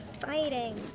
fighting